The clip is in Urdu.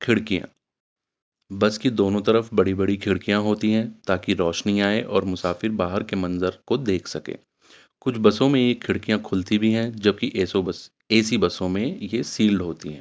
کھڑکیاں بس کی دونوں طرف بڑی بڑی کھڑکیاں ہوتی ہیں تاکہ روشنی آئے اور مسافر باہر کے منظر کو دیکھ سکیں کچھ بسوں میں یہ کھڑکیاں کھلتی بھی ہیں جبکہ اےسو بس اے سی بسوں میں یہ سیلڈ ہوتی ہیں